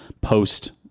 post